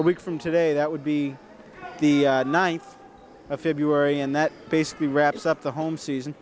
a week from today that would be the ninth of february and that basically wraps up the home season